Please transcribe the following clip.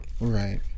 right